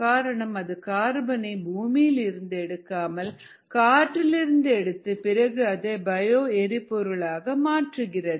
காரணம் அது கார்பனை பூமியில் இருந்து எடுக்காமல் காற்றிலிருந்து எடுத்து பிறகு அதை பயோ எரிபொருள் ஆக மாற்றுகிறது